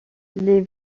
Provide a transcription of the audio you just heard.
les